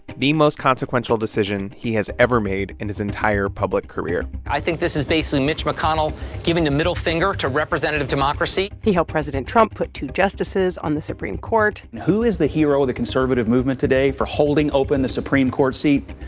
the most consequential decision he has ever made in his entire public career i think this is basically mitch mcconnell giving the middle finger to representative democracy he helped president trump put two justices on the supreme court and who is the hero of the conservative movement today for holding open the supreme court seat?